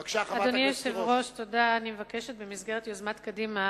בבקשה, חברת הכנסת תירוש.